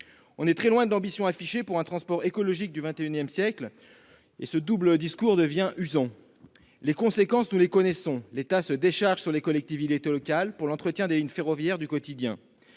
On est très loin de l'ambition affichée en faveur d'un transport écologique du XXIsiècle, et ce double discours devient usant. Les conséquences, nous les connaissons : l'État se décharge sur les collectivités locales pour l'entretien des lignes ferroviaires du quotidien.